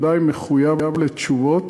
אני ודאי מחויב לתשובות.